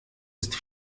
ist